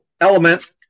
element